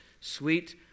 sweet